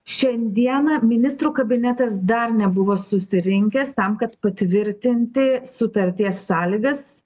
šiandieną ministrų kabinetas dar nebuvo susirinkęs tam kad patvirtinti sutarties sąlygas